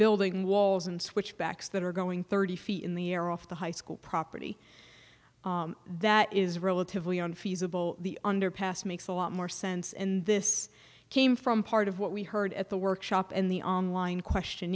building walls and switchbacks that are going thirty feet in the air off the high school property that is relatively unfeasible the underpass makes a lot more sense and this came from part of what we heard at the workshop in the on line question